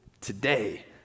today